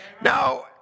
Now